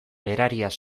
berariaz